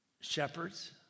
shepherds